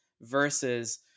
versus